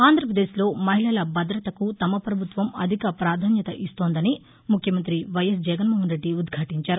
ఆంధ్రప్రదేశ్లో మహిళల భదతకు తమ ప్రభుత్వం అధిక ప్రాధాన్యతనిస్తోందని ముఖ్యమంత్రి వైఎస్ జగన్మోహన్ రెడ్డి ఉద్యాటించారు